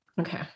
Okay